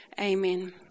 Amen